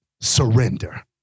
Surrender